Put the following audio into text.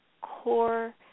core